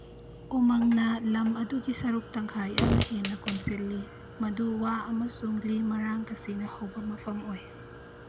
ꯎꯃꯪꯅ ꯂꯝ ꯑꯗꯨꯒꯤ ꯁꯔꯨꯛ ꯇꯪꯈꯥꯏ ꯑꯃ ꯍꯦꯟꯅ ꯀꯣꯟꯁꯤꯜꯂꯤ ꯃꯗꯨ ꯋꯥ ꯑꯃꯁꯨꯡ ꯂꯤ ꯃꯔꯥꯡ ꯀꯥꯁꯤꯅ ꯍꯧꯕ ꯃꯐꯝ ꯑꯣꯏ